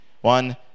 One